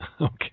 okay